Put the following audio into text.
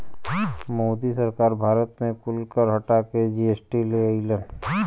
मोदी सरकार भारत मे कुल कर हटा के जी.एस.टी ले अइलन